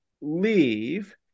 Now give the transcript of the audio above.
leave